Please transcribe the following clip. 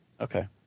Okay